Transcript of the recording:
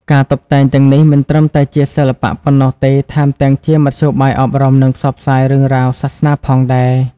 ការតុបតែងទាំងនេះមិនត្រឹមតែជាសិល្បៈប៉ុណ្ណោះទេ ថែមទាំងជាមធ្យោបាយអប់រំ និងផ្សព្វផ្សាយរឿងរ៉ាវសាសនាផងដែរ។